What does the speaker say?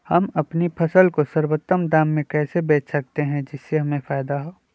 हम अपनी फसल को सर्वोत्तम दाम में कैसे बेच सकते हैं जिससे हमें फायदा हो?